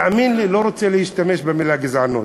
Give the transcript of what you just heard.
תאמין לי, לא רוצה להשתמש במילה גזענות.